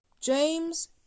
James